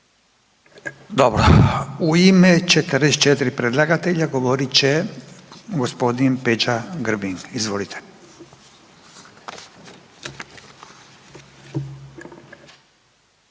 Dobro. U ime 44 predlagatelja govorit će g. Peđa Grbin. Izvolite.